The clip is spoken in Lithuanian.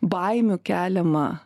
baimių keliama